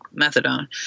methadone